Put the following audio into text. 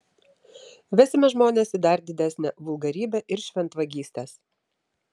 vesime žmones į dar didesnę vulgarybę ir šventvagystes